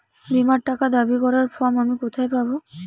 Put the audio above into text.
বীমার টাকা দাবি করার ফর্ম আমি কোথায় পাব?